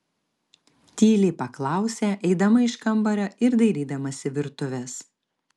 tyliai paklausė eidama iš kambario ir dairydamasi virtuvės